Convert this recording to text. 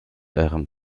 eurem